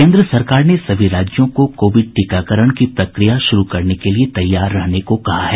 केंद्र सरकार ने सभी राज्यों को कोविड टीकाकरण की प्रक्रिया शुरू करने के लिये तैयार रहने को कहा है